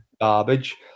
garbage